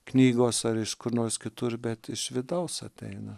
knygos ar iš kur nors kitur bet iš vidaus ateina